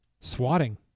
Swatting